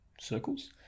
circles